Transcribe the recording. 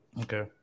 Okay